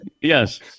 yes